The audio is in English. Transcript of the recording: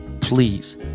Please